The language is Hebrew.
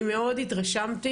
אני מאוד התרשמתי.